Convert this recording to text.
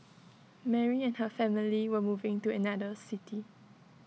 Mary and her family were moving to another city